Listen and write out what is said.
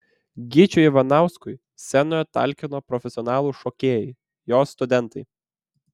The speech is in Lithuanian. gyčiui ivanauskui scenoje talkino profesionalūs šokėjai jo studentai